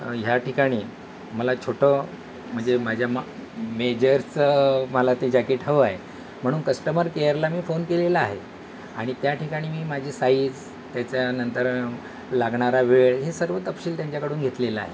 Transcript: ह्या ठिकाणी मला छोटं म्हणजे माझ्या मा मेजरचं मला ते जॅकेट हवं आहे म्हणून कस्टमर केअरला मी फोन केलेला आहे आणि त्या ठिकाणी मी माझी साईज त्याच्यानंतर लागणारा वेळ हे सर्व तपशील त्यांच्याकडून घेतलेलं आहे